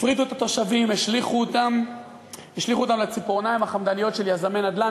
הפרידו את התושבים והשליכו אותם לציפורניים החמדניות של יזמי נדל"ן,